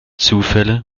zufälle